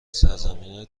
سرزمینای